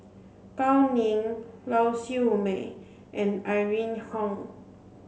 Gao Ning Lau Siew Mei and Irene Khong